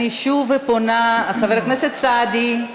אני שוב פונה, חבר הכנסת סעדי,